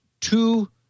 two